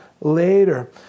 later